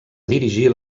dirigir